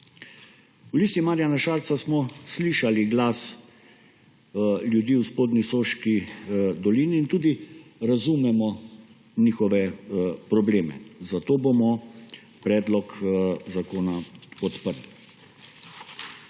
V Listi Marjana Šarca smo slišali glas ljudi v spodnji Soški dolini in tudi razumemo njihove probleme, zato bomo predlog zakona podprli.